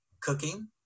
cooking